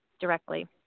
directly